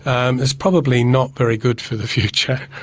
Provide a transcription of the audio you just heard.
um it's probably not very good for the future.